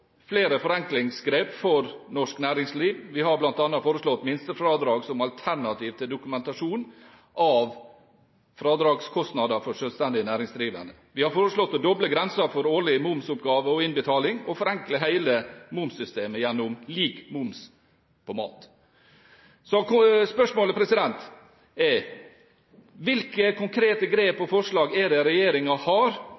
flere forenklingsgrep for norsk næringsliv. Vi har bl.a. foreslått minstefradrag som alternativ til dokumentasjon av fradragskostnader for selvstendig næringsdrivende. Vi har foreslått å doble grensen for årlig momsoppgave og innbetaling og å forenkle hele momssystemet gjennom lik moms på mat. Spørsmålet er: Hvilke konkrete grep